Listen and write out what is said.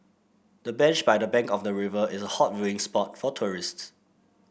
the bench by the bank of the river is a hot viewing spot for tourists